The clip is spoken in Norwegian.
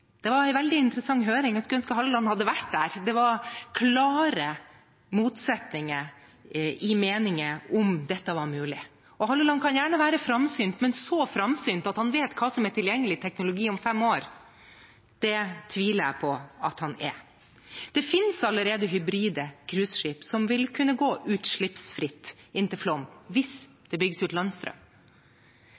Det var en veldig interessant høring, og jeg skulle ønske Halleland hadde vært der. Det var klare motsetninger i meningene om dette var mulig. Halleland kan gjerne være framsynt, men så framsynt at han vet hva som er tilgjengelig teknologi om fem år, tviler jeg på at han er. Det fins allerede hybride cruiseskip som vil kunne gå utslippsfritt inn til Flåm, hvis det bygges ut landstrøm.